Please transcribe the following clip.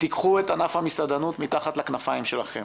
קחו את ענף המסעדנות מתחת לכנפיים שלכם.